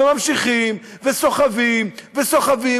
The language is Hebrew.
וממשיכים וסוחבים וסוחבים,